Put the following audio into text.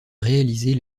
réaliser